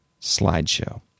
Slideshow